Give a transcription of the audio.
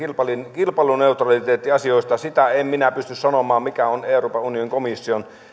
kilpailuneutraliteettiasioista sitä en minä pysty sanomaan mikä on euroopan unionin komission